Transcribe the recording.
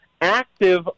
active